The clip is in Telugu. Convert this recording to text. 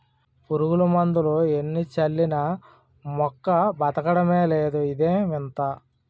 పురుగుమందులు ఎన్ని చల్లినా మొక్క బదకడమే లేదు ఇదేం వింత?